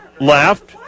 left